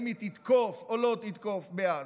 אם היא תתקוף או לא תתקוף בעזה,